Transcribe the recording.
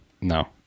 no